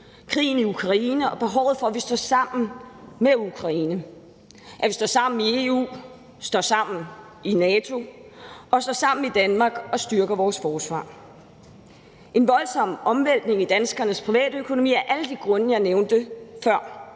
krigen i Ukraine og behovet for, at vi står sammen med Ukraine, at vi står sammen i EU, står sammen i NATO og står sammen i Danmark og styrker vores forsvar. Der er den voldsomme omvæltning i danskernes privatøkonomi af alle de grunde, jeg nævnte før.